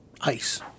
ICE